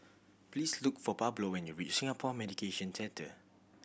please look for Pablo when you reach Singapore Mediation Centre